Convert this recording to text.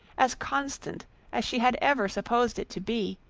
as constant as she had ever supposed it to be